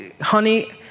honey